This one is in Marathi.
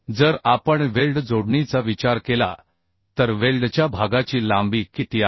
जर आपण वेल्ड जोडणीचा विचार केला तर वेल्डच्या भागाची लांबी किती आहे